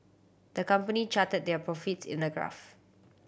the company charted their profits in a graph